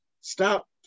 Stop